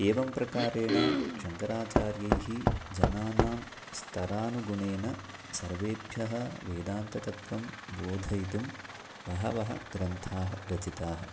एवं प्रकारेण शङ्कराचार्यैः जनानां स्तरानुगुणेन सर्वेभ्यः वेदान्ततत्वं बोधयितुं बहवः ग्रन्थाः रचिताः